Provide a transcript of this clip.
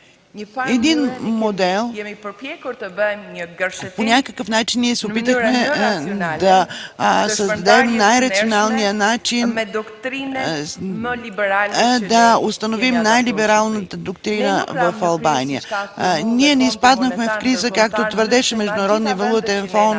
за гражданите. По някакъв начин ние се опитахме да създадем най-рационалния начин, да установим най-либералната доктрина в Албания. Ние не изпаднахме в криза, както твърдеше Международният валутен фонд,